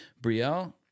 Brielle